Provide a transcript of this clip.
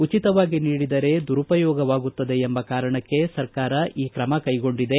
ಉಚಿತವಾಗಿ ನೀಡಿದರೆ ದುರುಪಯೋಗವಾಗುತ್ತದೆ ಎಂಬ ಕಾರಣಕ್ಕೆ ಸರ್ಕಾರ ಈ ತ್ರಮ ಕೈಗೊಂಡಿದೆ